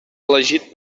elegit